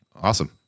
Awesome